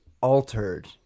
altered